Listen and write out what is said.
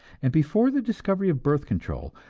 and before the discovery of birth control,